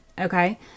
Okay